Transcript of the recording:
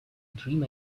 dream